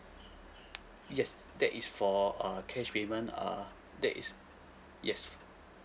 yes that is for uh cash payment uh there is yes